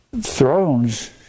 Thrones